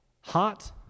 hot